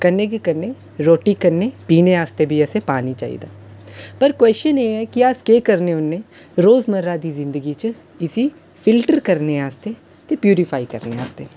कन्नै गै कन्नै रुट्टी कन्नै पीने आस्तै बी असें पानी चाहिदा पर क्वश्चन एह् ऐ केह् अस केह् करने होन्नेंं रोजमर्रा दी जिंदगी च इस्सी फिल्टर करने आस्तै ते प्यूरीफाई करने आस्तै